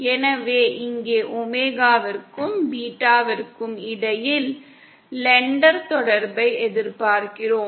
எனவே இங்கே ஒமேகாவிற்கும் பீட்டாவிற்கும் இடையில் லெண்டர் தொடர்பை எதிர்பார்க்கிறோம்